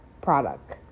product